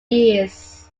years